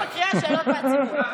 אני מקריאה שאלות מהציבור.